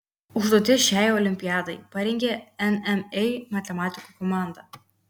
užduotis šiai olimpiadai parengė nma matematikų komanda